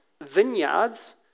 vineyards